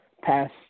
past